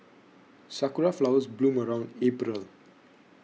sakura flowers bloom around April